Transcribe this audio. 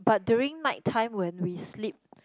but during night time when we sleep